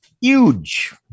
huge